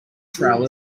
trail